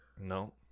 No